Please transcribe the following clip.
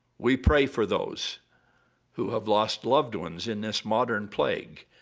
we pray for those who have lost loved ones in this modern plague,